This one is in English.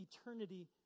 eternity